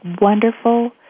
wonderful